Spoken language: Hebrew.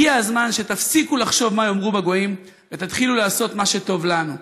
הגיע הזמן שתפסיקו לחשוב מה יאמרו הגויים ותתחילו לעשות מה שטוב לנו.